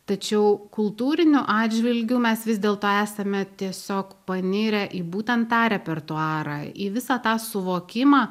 tačiau kultūriniu atžvilgiu mes vis dėlto esame tiesiog panirę į būtent tą repertuarą į visą tą suvokimą